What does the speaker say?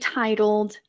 titled